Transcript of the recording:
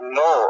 no